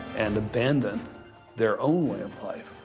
and abandon their own way of life,